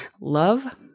love